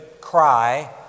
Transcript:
cry